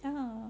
(uh huh)